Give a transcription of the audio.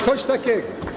Coś takiego!